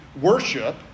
worship